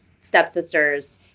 stepsisters